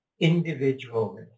Individual